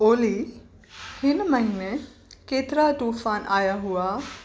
ओली हिन महीने केतिरा तूफ़ान आया हुआ